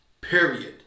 period